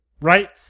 right